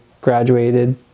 graduated